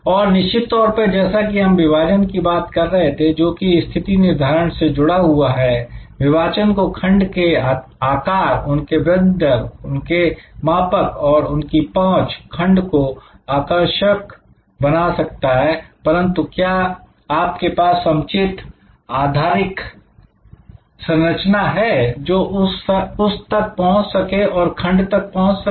और निश्चित तौर पर जैसा कि हम विभाजन की बात कर रहे थे जोकि स्थिति निर्धारण से जुड़ा हुआ है विभाजन को खंड के आकार उसके वृद्धि दर उनके मापक और उनकी पहुंच खंड को आकर्षक बना सकता है परंतु क्या आपके पास समुचित आधारिक संरचना है जो उस तक पहुंच सके और खंड तक पहुंच सके